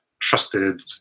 trusted